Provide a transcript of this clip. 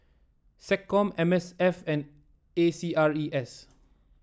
SecCom M S F and A C R E S